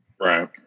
right